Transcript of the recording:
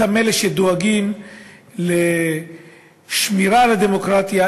אותם אלה שדואגים לשמירה על הדמוקרטיה,